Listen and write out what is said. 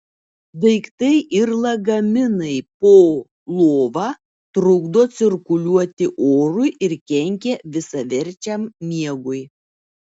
daiktai ir lagaminai po lova trukdo cirkuliuoti orui ir kenkia visaverčiam miegui